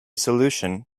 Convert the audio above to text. solution